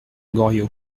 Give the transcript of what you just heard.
goriot